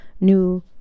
new